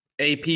AP